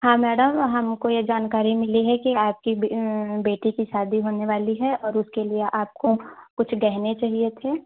हाँ मैडम हमको यह जानकारी मिली है कि आपकी बेटी की शादी होने वाली है और उसके लिए आपको कुछ गहने चाहिए थे